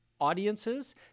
Audiences